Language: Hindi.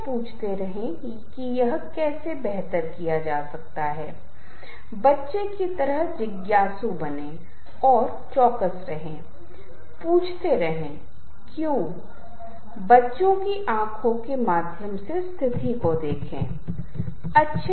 यदि हम भारतीय पारंपरिक संदर्भ को देख रहे हैं जो हमारे लिए स्पष्ट रूप से प्रासंगिक है तो हम आहट नाडा से अनाहत नाडा से शुरू करते हैं अनाहत नाडा वह है जो बेजोड़ है जो सभी ध्वनियों की जड़ है और उस ब्रह्मांडीय स्रोत से ध्वनि संगीत भाषण का सिद्धांत और दुनिया प्रकट होती है